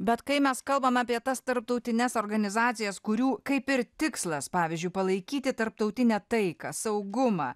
bet kai mes kalbam apie tas tarptautines organizacijas kurių kaip ir tikslas pavyzdžiui palaikyti tarptautinę taiką saugumą